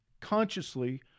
Consciously